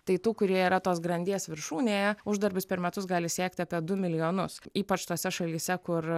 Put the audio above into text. tai tų kurie yra tos grandies viršūnėje uždarbis per metus gali siekti apie du milijonus ypač tose šalyse kur